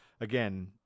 again